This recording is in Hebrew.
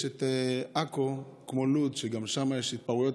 יש את עכו, כמו לוד, שגם שם יש התפרעויות.